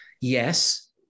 Yes